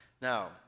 Now